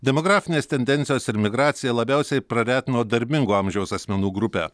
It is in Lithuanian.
demografinės tendencijos ir migracija labiausiai praretino darbingo amžiaus asmenų grupę